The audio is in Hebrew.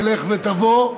תלך ותבוא,